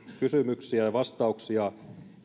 kysymyksiä ja ja vastauksia